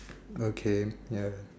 okay ya